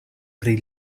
pri